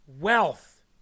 Wealth